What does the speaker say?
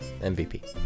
mvp